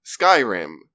Skyrim